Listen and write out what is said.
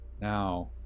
Now